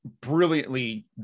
Brilliantly